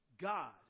God